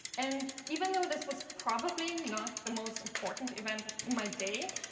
and even though this was probably not the most important event in my day,